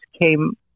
came